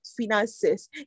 finances